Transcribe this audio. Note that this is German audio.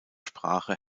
sprache